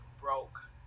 broke